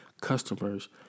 customers